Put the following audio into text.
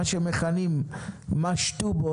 מה שמכנים "משטובות",